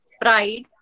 pride